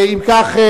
אם כך,